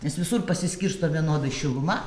nes visur pasiskirsto vienodai šiluma